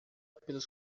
pelos